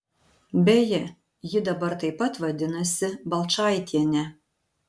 beje ji dabar taip pat vadinasi balčaitiene